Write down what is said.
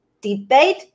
debate